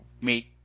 meet